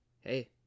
hey